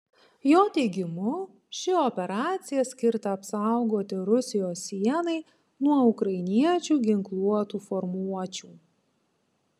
jo teigimu ši operacija skirta apsaugoti rusijos sienai nuo ukrainiečių ginkluotų formuočių